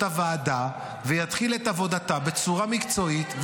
הוועדה ויתחיל את עבודתה בצורה מקצועית,